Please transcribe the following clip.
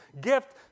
gift